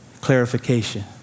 clarification